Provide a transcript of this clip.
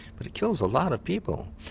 but it kills a lot of people.